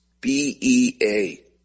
B-E-A